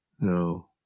No